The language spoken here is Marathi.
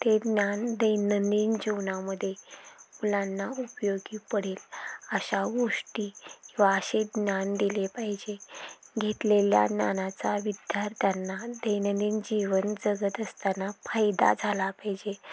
ते ज्ञान दैनंदिन जीवनामध्ये मुलांना उपयोगी पडेल अशा गोष्टी किंवा असे ज्ञान दिले पाहिजे घेतलेल्या ज्ञानाचा विद्यार्थ्यांना दैनंदिन जीवन जगत असताना फायदा झाला पाहिजे